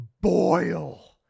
boil